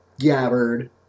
Gabbard